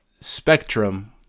spectrum